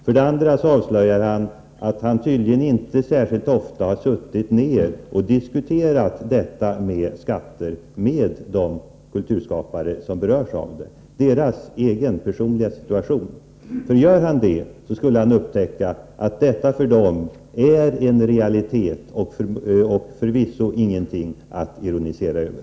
För det andra avslöjar han att han tydligen inte särskilt ofta har suttit ner och diskuterat detta med skatter med de kulturskapare som berörs — diskuterat med hänsyn till deras egen, personliga situation. För gjorde han det, skulle han upptäcka att detta för dem är en bekymmersam realitet och förvisso ingenting att ironisera över.